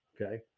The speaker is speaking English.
Okay